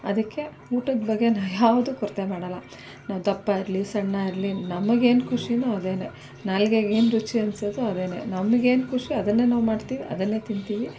ಅದಕ್ಕೆ ಊಟದ ಬಗ್ಗೆ ನಾನು ಯಾವತ್ತೂ ಕೊರತೆ ಮಾಡೋಲ್ಲ ನಾವು ದಪ್ಪ ಇರಲಿ ಸಣ್ಣ ಇರಲಿ ನಮಗೇನು ಖುಷಿಯೋ ಅದೇ ನಾಲ್ಗೆಗೆ ಏನು ರುಚಿ ಅನ್ಸುತ್ತೋ ಅದೇನೆ ನಮಗೇನು ಖುಷಿ ಅದನ್ನೇ ನಾವು ಮಾಡ್ತೀವಿ ಅದನ್ನೇ ತಿಂತೀವಿ